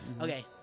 Okay